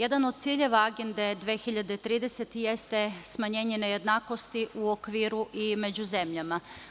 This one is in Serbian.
Jedan od ciljeva Agende 2030. jeste smanjenje nejednakosti u okviru i među zemljama.